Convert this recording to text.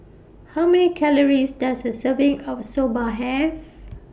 How Many Calories Does A Serving of Soba Have